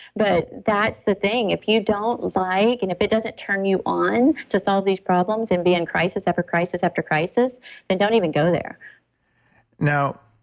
but that's the thing if you don't like, and if it doesn't turn you on to solve these problems and be in crisis after crisis after crisis and don't even go there now,